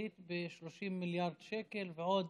כלכלית ב-30 מיליארד שקל ועוד